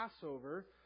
Passover